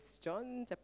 John